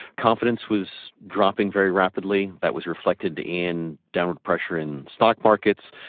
confidence was dropping very rapidly. that was reflected in downward pressure in stock markets.